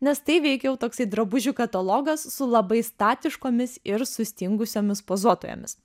nes tai veikiau toksai drabužių katalogas su labai statiškomis ir sustingusiomis pozuotojomis